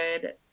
good